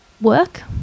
work